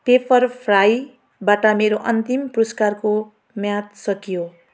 पेप्परफ्राईबाट मेरो अन्तिम पुरस्कारको म्याद सकियो